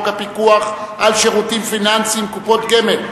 הפיקוח על שירותים פיננסיים (קופות גמל)